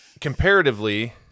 comparatively